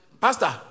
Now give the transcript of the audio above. Pastor